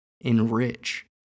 enrich